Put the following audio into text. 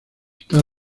está